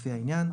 לפי העניין,